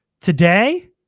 Today